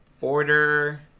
Order